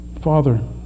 Father